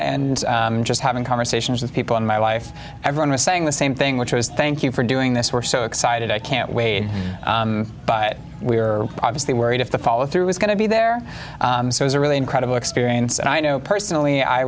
and just having conversations with people in my life everyone was saying the same thing which was thank you for doing this we're so excited i can't wait but we are obviously worried if the follow through is going to be there so it's a really incredible experience and i know personally i